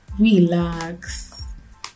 Relax